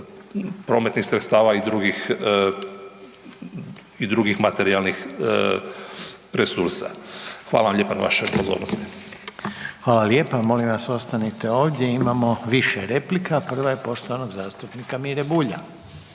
prometnih sredstava i drugih i drugih materijalnih resursa. Hvala vam lijepa na vašoj pozornosti. **Reiner, Željko (HDZ)** Hvala lijepa. Molim vas ostanite ovdje, imamo više replika, prva je poštovanog zastupnika Mire Bulja.